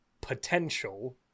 potential